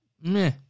Meh